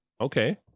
Okay